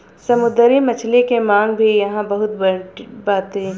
समुंदरी मछली के मांग भी इहां बहुते बाटे